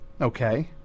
Okay